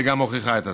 וגם מוכיחה את עצמה.